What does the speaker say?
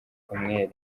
umwere